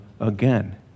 again